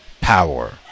power